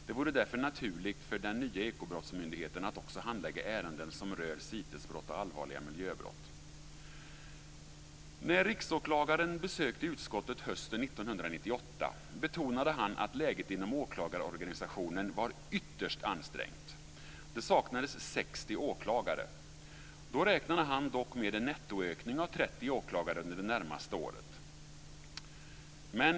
Det vore därför naturligt för den nya Ekobrottsmyndigheten att också handlägga ärenden som rör CITES-brott och allvarliga miljöbrott. När riksåklagaren besökte utskottet hösten 1998 betonade han att läget inom åklagarorganisationen var ytterst ansträngt. Det saknades 60 åklagare. Då räknade han dock med en nettoökning av 30 åklagare under det närmaste året.